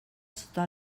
sota